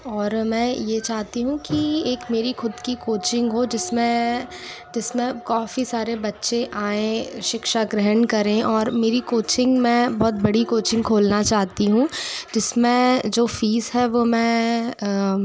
और मैं ये चाहती हूँ कि एक मेरी ख़ुद की कोचिंग हो जिस में जिस में काफ़ी सारे बच्चे आएं शिक्षा ग्रहण करें और मेरी कोचिंग में बहोुत बड़ी कोचिंग खोलना चाहती हूँ जिस में जो फ़ीस है वो मैं